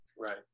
Right